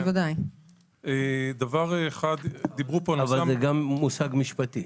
זה גם מושג משפטי.